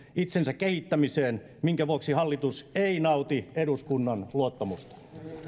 ja itsensä kehittämiseen minkä vuoksi hallitus ei nauti eduskunnan luottamusta